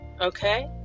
Okay